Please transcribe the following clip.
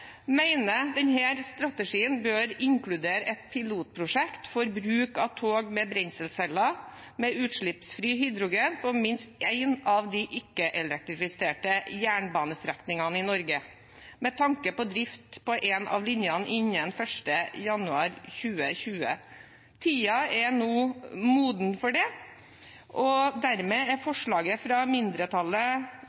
strategien bør inkludere et pilotprosjekt for bruk av tog med brenselceller med utslippsfri hydrogen på minst en av de ikke-elektrifiserte jernbanestrekningene i Norge, med tanke på drift på en av linjene innen 1. januar 2020. Tiden er nå moden for det, og dermed er